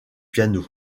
piano